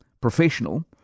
professional